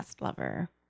lover